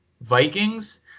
Vikings